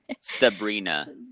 Sabrina